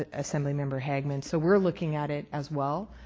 ah assemblymember hagman. so we're looking at it as well.